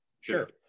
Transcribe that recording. Sure